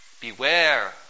beware